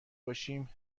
باشیم